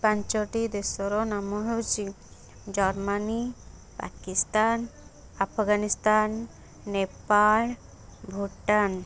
ପାଞ୍ଚଟି ଦେଶର ନାମ ହେଉଛି ଜର୍ମାନୀ ପାକିସ୍ତାନ ଆଫଗାନିସ୍ତାନ ନେପାଳ ଭୂଟାନ